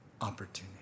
Opportunity